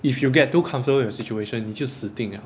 if you get too comfortable with your situation 你就死定了